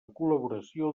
col·laboració